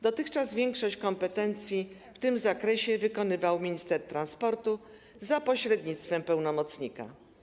Dotychczas większość kompetencji w tym zakresie wykonywał minister transportu za pośrednictwem pełnomocnika.